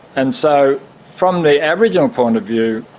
and so from the aboriginal point of view,